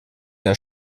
der